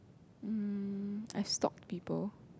um I've stalk people